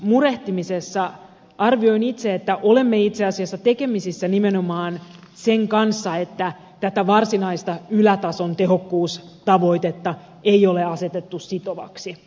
arvioin että tässä toissijaisuusmurehtimisessa olemme itse asiassa tekemisissä nimenomaan sen kanssa että tätä varsinaista ylätason tehokkuustavoitetta ei ole asetettu sitovaksi